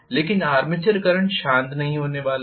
लेकिन armature current शांत नहीं होने वाला है